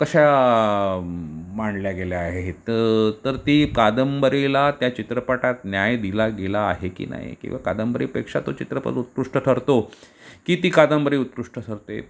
कशा मांडल्या गेल्या आहेत तर ती कादंबरीला त्या चित्रपटात न्याय दिला गेला आहे की नाही किंवा कादंबरीपेक्षा तो चित्रपट उत्कृष्ट ठरतो की ती कादंबरी उत्कृष्ट ठरते